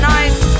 Nice